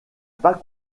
pas